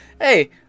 hey